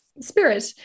spirit